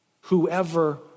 Whoever